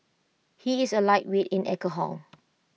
he is A lightweight in alcohol